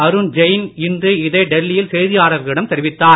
அருண் ஜெயின் இன்று இதை டெல்லியில் செய்தியாளர்களிடம் தெரிவித்தார்